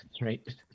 Right